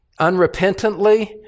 unrepentantly